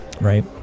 right